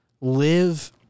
Live